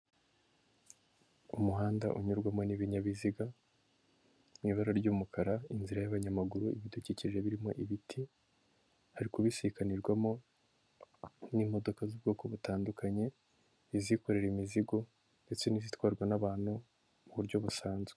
Umuhanda unyurwamo n'ibinyabiziga mu ibara ry'umukara. Inzira y'abanyamaguru, ibidukikije birimo ibiti, hari kubisikanirwamo n'imodoka z'ubwoko butandukanye, izikorera imizigo ndetse n'izitwarwa n'abantu mu buryo busanzwe.